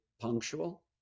punctual